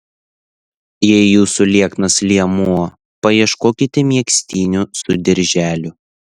jei jūsų lieknas liemuo paieškokite megztinių su dirželiu